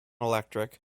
electric